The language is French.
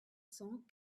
cent